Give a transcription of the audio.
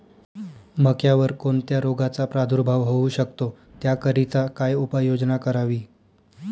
मक्यावर कोणत्या रोगाचा प्रादुर्भाव होऊ शकतो? त्याकरिता काय उपाययोजना करावी?